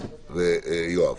יואב,